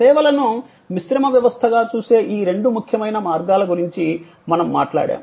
సేవలను మిశ్రమ వ్యవస్థగా చూసే ఈ రెండు ముఖ్యమైన మార్గాల గురించి మనము మాట్లాడాము